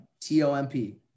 T-O-M-P